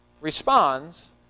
responds